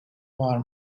var